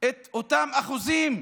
את אותם אחוזים?